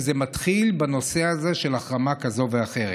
וזה מתחיל בנושא של החרמה כזאת או אחרת.